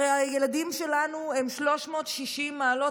הרי הילדים שלנו הם 360 מעלות,